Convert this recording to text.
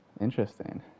Interesting